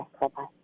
Bye-bye